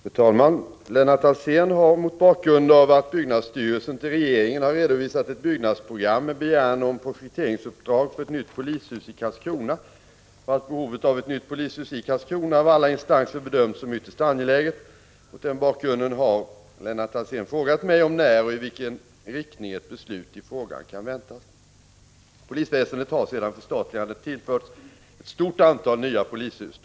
Fru talman! Lennart Alsén har — mot bakgrund av att byggnadsstyrelsen till regeringen har redovisat ett byggnadsprogram med begäran om projekteringsuppdrag för ett nytt polishus i Karlskrona och att behovet av ett nytt polishus i Karlskrona av alla instanser bedömts som ytterst angeläget — frågat mig om när och i vilken riktning ett beslut i frågan kan väntas. Polisväsendet har sedan förstatligandet tillförts ett stort antal nya polishus.